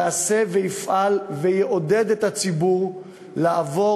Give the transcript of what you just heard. יעשו ויפעלו ויעודדו את הציבור לעבור